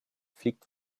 fliegt